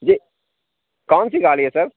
جی کون سی گاڑی ہے سر